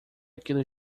quilos